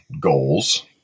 goals